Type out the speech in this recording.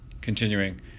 Continuing